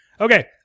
Okay